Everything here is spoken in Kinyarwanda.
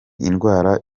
indwara